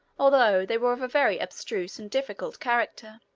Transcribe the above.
although they were of a very abstruse and difficult character.